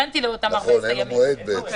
שהוא מארח אדם בביתו.